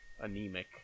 anemic